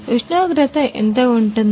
ఉష్ణోగ్రత ఎంత ఉంటుంది